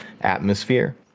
atmosphere